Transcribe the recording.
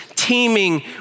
teeming